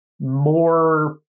more